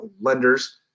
lenders